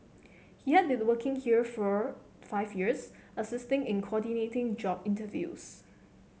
he has been working here for five years assisting in coordinating job interviews